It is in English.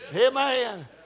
Amen